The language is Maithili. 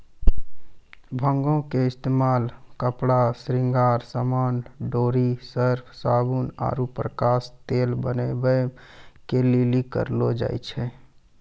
भांगो के इस्तेमाल कपड़ा, श्रृंगार समान, डोरी, सर्फ, साबुन आरु प्रकाश तेल बनाबै के लेली करलो जाय छै